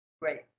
Great